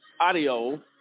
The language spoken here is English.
audio